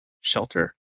Shelter